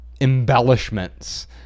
embellishments